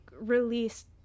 released